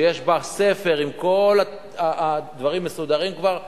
ספר, שיש בה עם כל הדברים מסודרים כבר ליזמים.